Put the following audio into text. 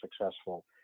successful